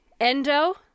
Endo